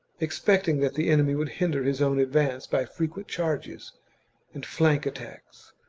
expecting that the enemy would hinder his own advance by frequent charges and flank attacks,